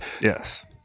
yes